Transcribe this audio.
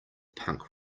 punk